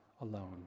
alone